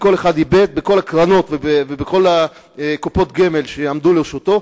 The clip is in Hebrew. כל אחד איבד בכל הקרנות ובכל קופות הגמל שעמדו לרשותו,